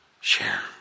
share